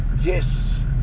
Yes